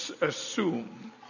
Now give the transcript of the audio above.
assume